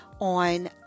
on